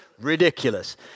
Ridiculous